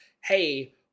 hey